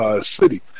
City